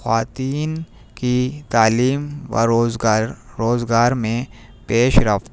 خواتین کی تعلیم و روزگار روزگار میں پیش رفت